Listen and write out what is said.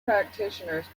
practitioners